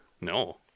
No